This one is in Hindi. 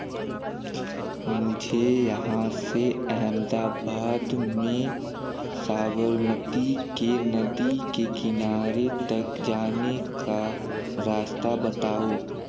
मुझे यहाँ से अहमदाबाद में साबरमती के नदी के किनारे तक जाने का रास्ता बताओ